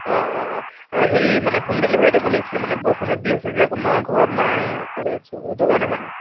অঁ অঁ অঁ আৰু হেৰি মানে হোম ডেলিভাৰী দিব লাগিছিলে মানে বৰষুণজাক দি আছে যে আকৌ মই ঘৰত নাই অকলেই আছোঁ সেইটো কাৰণে মানে